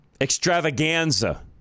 extravaganza